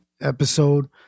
episode